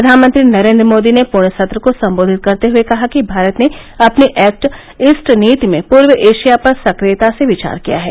प्रधानमंत्री नरेन्द्र मोदी ने पूर्ण सत्र को संबेधित करते हुए कहा कि भारत ने अपनी एक्ट ईस्ट नीति में पूर्व एशिया पर सक्रियता से विचार किया है